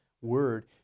word